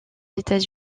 états